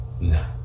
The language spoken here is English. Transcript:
No